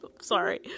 sorry